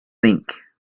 think